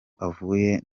avuye